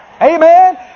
amen